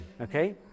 okay